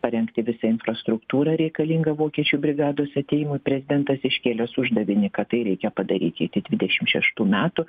parengti visą infrastruktūrą reikalingą vokiečių brigados atėjimui prezidentas iškėlęs uždavinį kad tai reikia padaryti iki dvidešim šeštų metų